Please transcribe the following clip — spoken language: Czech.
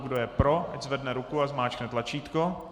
Kdo je pro, ať zvedne ruku a zmáčkne tlačítko.